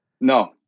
No